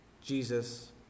Jesus